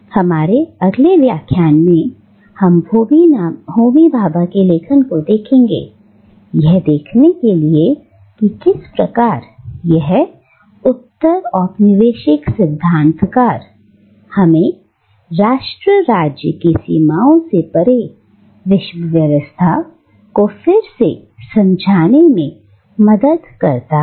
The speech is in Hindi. हमारे अगले व्याख्यान में हम होमी भाभा के लेखन को देखेंगे यह देखने के लिए की किस प्रकार यह उत्तर औपनिवेशिक सिद्धांतकार हमें राष्ट्र राज्य की सीमाओं से परे विश्व व्यवस्था को फिर से समझने में मदद करता है